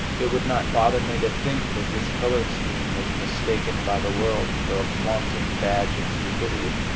it would not bother me to think that this color scheme was mistaken by the world for a flaunting badge of stupidity